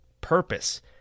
purpose